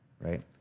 right